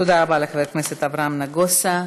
תודה רבה לחבר הכנסת אברהם נגוסה.